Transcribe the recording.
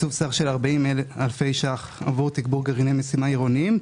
תקצוב סך של 40,000 אלפי ₪ עבור תגבור גרעיני משימה עירוניים,